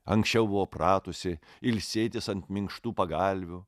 anksčiau buvo pratusi ilsėtis ant minkštų pagalvių